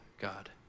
God